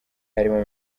harimo